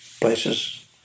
places